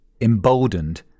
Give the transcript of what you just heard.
Emboldened